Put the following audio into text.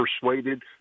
persuaded